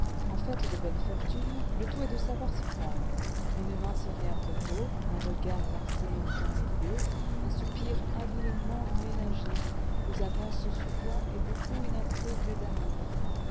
en fait de bonnes fortunes le tout est de savoir s'y prendre une main serrée à propos un regard lancé en temps et lieu un soupir habilement ménagé vous avancent souvent et beaucoup une intrigue d'amour